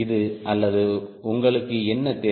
இது அல்லது உங்களுக்கு என்ன தேவை